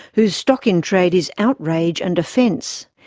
whose stock in trade is outrage and offence?